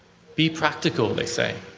be practical, they say.